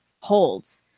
holds